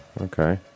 Okay